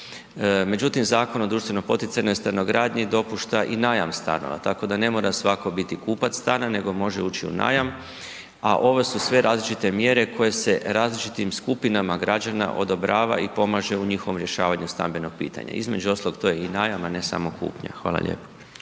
Međutim Zakon o društveno poticajnoj stanogradnji dopušta i najam stanova. Tako da ne mora svatko biti kupac stana nego može ući u najam a ovo su sve različite mjere koje se različitim skupinama građana odobrava i pomaže u njihovom rješavanju stambenog pitanja. Između ostalog to je i najam a ne samo kupnja. Hvala lijepo.